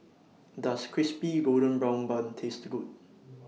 Does Crispy Golden Brown Bun Taste Good